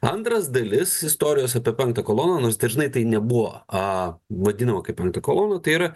antras dalis istorijos apie penktą koloną nors dažnai tai nebuvo vadinama kaip penkta kolona tai yra